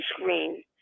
screen